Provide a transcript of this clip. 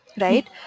Right